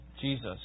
Jesus